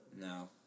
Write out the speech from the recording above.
No